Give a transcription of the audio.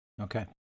Okay